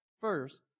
First